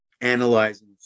analyzing